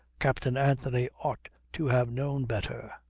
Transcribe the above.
captain anthony ought to have known better.